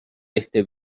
este